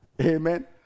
Amen